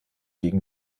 gegen